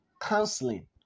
counseling